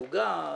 העוגה,